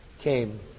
came